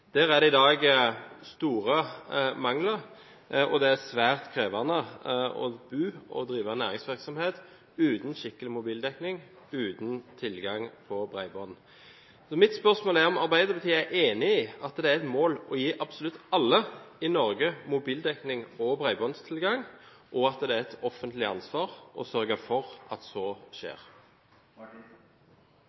Der er det i dag store mangler, og det er svært krevende å bo og drive næringsvirksomhet uten skikkelig mobildekning og uten tilgang til bredbånd. Mitt spørsmål er om Arbeiderpartiet er enig i at det er et mål å gi absolutt alle i Norge mobildekning og bredbåndstilgang, og at det er et offentlig ansvar å sørge for at så skjer.